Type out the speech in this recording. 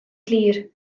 glir